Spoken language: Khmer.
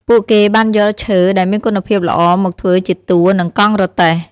ពួកគេបានយកឈើដែលមានគុណភាពល្អមកធ្វើជាតួនិងកង់រទេះ។